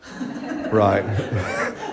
right